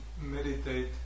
meditate